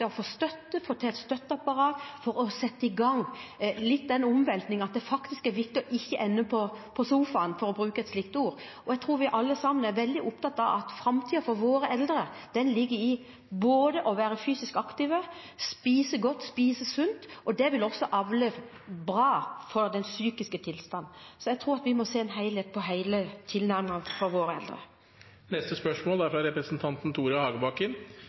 gang den omveltningen – det er faktisk viktig ikke å ende på sofaen, for å bruke et slikt uttrykk. Jeg tror vi alle sammen er veldig opptatt av at framtiden for våre eldre ligger i både å være fysisk aktiv og å spise godt og sunt. Det vil også være bra for den psykiske tilstanden. Så jeg tror vi må se helhetlig på tilnærmingen til våre eldre. Først vil jeg takke statsråden og representanten Jacobsen for gode treningstips. «Antallet personer med en demenssykdom øker i åra framover og utgjør allerede en økonomisk utfordring for